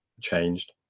changed